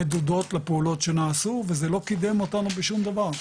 לפעולות שנעשו וזה לא קידם אותנו לשום דבר.